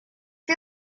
you